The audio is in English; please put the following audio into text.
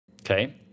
okay